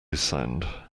sound